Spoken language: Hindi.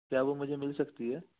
क्या वो मुझे मिल सकती है